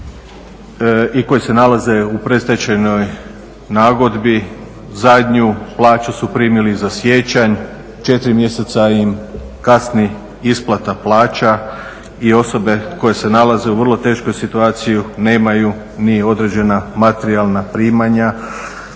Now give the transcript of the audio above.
i koji se nalaze u predstečajnoj nagodbi. Zadnju plaću su primili za siječanj, 4 mjeseca im kasni isplata plaća i osobe koje se nalaze u vrlo teškoj situaciji nemaju ni određena materijalna primanja.